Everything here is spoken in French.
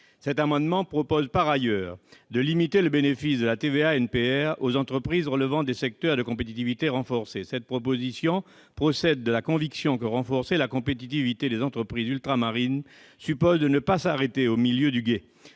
Cet amendement prévoit, par ailleurs, de limiter le bénéfice de la TVA NPR aux entreprises relevant des secteurs de compétitivité renforcée. Cette proposition procède de la conviction que, renforcer la compétitivité des entreprises ultramarines, suppose de ne pas s'arrêter au milieu du gué.